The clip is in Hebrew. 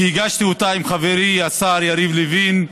שהגשתי עם חברי השר יריב לוין,